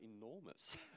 enormous